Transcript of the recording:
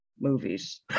movies